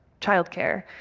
childcare